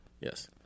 Yes